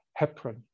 heparin